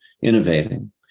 innovating